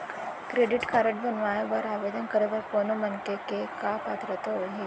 Credit card बनवाए बर आवेदन करे बर कोनो मनखे के का पात्रता होही?